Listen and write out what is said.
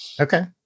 Okay